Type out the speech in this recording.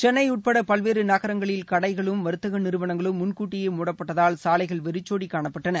சென்னை உட்பட பல்வேறு நகரங்களில் கடடகளும் வர்த்தக நிறுவனங்களும் முன்கூட்டியே மூடப்பட்டதால் சாலைகள் வெறிச்சோடி காணப்பட்டன